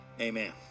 Amen